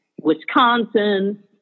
Wisconsin